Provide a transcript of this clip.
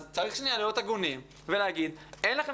אז צריך להיות הגונים ולהגיד שאין לכם